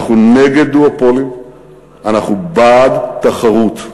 אנחנו בעד תחרות.